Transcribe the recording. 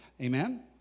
Amen